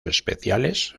especiales